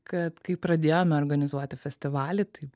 kad kai pradėjome organizuoti festivalį tai